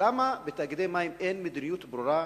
למה בתאגידי מים אין מדיניות ברורה,